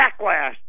backlash